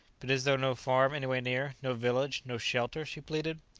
but is there no farm anywhere near? no village? no shelter? she pleaded.